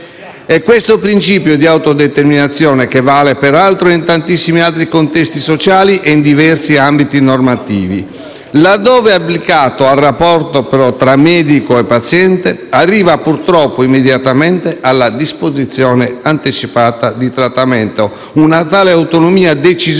E questo principio di autodeterminazione - che vale peraltro in tantissimi altri contesti sociali e in diversi altri ambiti normativi - ove applicato al rapporto tra il medico e il paziente, arriva purtroppo, immediatamente, alla disposizione anticipata di trattamento. Una tale autonomia decisionale